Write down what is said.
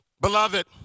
Beloved